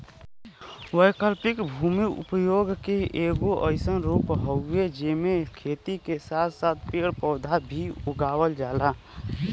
वैकल्पिक भूमि उपयोग के एगो अइसन रूप हउवे जेमे खेती के साथ साथ पेड़ पौधा भी उगावल जाला